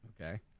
Okay